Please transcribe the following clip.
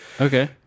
Okay